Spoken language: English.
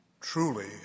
truly